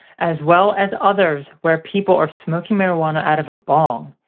as well as others where people are smoking marijuana out of a bong.